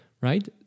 right